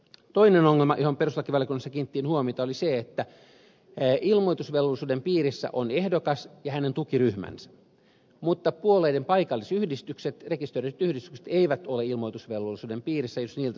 toinen ongelma johon perustuslakivaliokunnassa kiinnitettiin huomiota oli se että ilmoitusvelvollisuuden piirissä on ehdokas ja hänen tukiryhmänsä mutta puolueiden paikallisyhdistykset rekisteröidyt yhdistykset eivät ole ilmoitusvelvollisuuden piirissä jos niiltä saa ilmoituksia